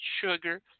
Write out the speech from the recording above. sugar